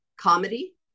comedy